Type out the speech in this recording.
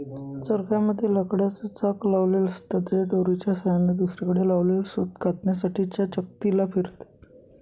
चरख्या मध्ये लाकडाच चाक लावलेल असत, जे दोरीच्या सहाय्याने दुसरीकडे लावलेल सूत कातण्यासाठी च्या चकती ला फिरवते